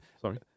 Sorry